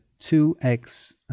2x